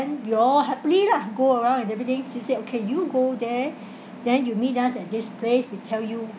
we all happily lah go around and everything she said can you go there then you meet us at this place we tell you